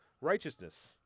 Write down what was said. righteousness